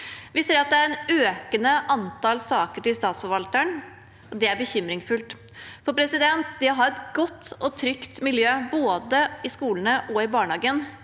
Vi ser at det er et økende antall saker til statsforvalteren. Det er bekymringsfullt. Det å ha et godt og trygt miljø, både i skolene og i barnehagene,